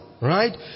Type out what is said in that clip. Right